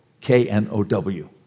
K-N-O-W